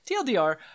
TLDR